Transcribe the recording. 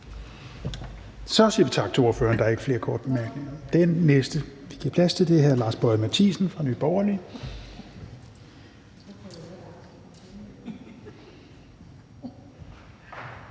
Så siger vi tak til ordføreren. Der er ikke flere korte bemærkninger. Den næste, vi skal give plads til, er hr. Lars Boje Mathiesen fra Nye Borgerlige.